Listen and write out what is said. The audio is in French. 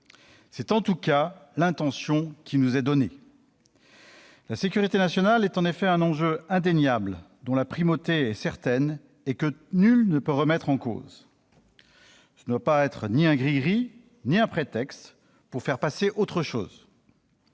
C'est en tout cas l'intention qui nous est donnée. La sécurité nationale est en effet un enjeu indéniable, dont la primauté est certaine et que nul ne peut remettre en cause. Ce ne doit être ni un grigri ni un prétexte pour faire passer autre chose.